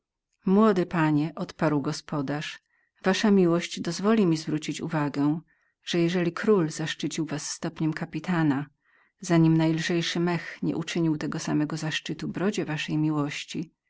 młody panie odparł gospodarz wasza miłość dozwoli mi zwrócić uwagę że jeżeli król zaszczycił was stopniem kapitana zanim najlżejszy mech nieuczynił tego sammego zaszczytu brodzie waszej miłości